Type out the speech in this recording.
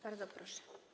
Bardzo proszę.